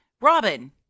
Robin